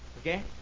Okay